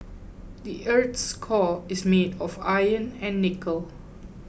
the earth's core is made of iron and nickel